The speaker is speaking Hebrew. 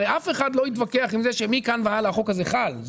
הרי אף אחד לא יתווכח עם זה שמכאן והלאה החוק הזה חל.